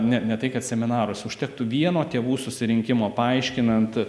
ne ne tai kad seminarus užtektų vieno tėvų susirinkimo paaiškinant